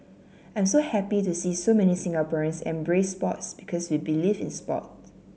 I'm so happy to see so many Singaporeans embrace sports because we believe in sport